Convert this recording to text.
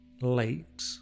late